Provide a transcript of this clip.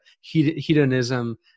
hedonism